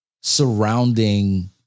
surrounding